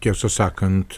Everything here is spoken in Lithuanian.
tiesą sakant